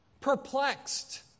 perplexed